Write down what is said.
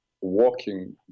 walking